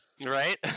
Right